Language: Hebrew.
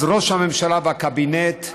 ראש הממשלה, והקבינט,